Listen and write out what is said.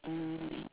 mm